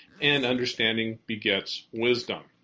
and understanding begets wisdom.